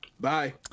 Bye